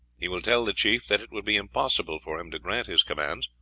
he will tell the chief that it would be impossible for him to grant his commands,